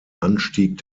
anstieg